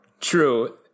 True